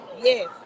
Yes